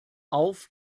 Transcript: auf